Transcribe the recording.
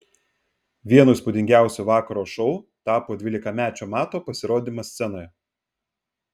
vienu įspūdingiausių vakaro šou tapo dvylikamečio mato pasirodymas scenoje